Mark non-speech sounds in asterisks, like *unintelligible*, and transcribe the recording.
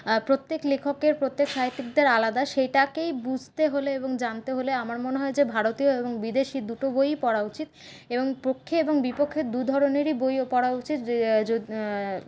প্রত্যেক লেখকের প্রত্যেক সাহিত্যিকদের আলাদা সেইটাকেই বুঝতে হলে এবং জানতে হলে আমার মনে হয় যে ভারতীয় এবং বিদেশী দুটো বইই পড়া উচিত এবং পক্ষে এবং বিপক্ষে দুধরণের বইই পড়া উচিত *unintelligible*